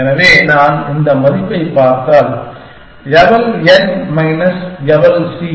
எனவே நான் இந்த மதிப்பைப் பார்த்தால் eval n minus eval C